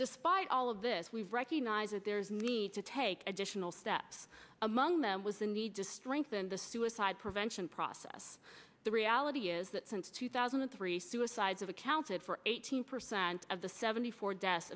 despite all of this we recognize that there is need to take additional steps among them was the need to strengthen the suicide prevention process the reality is that since two thousand and three suicides of accounted for eighteen percent of the seventy four de